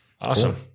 Awesome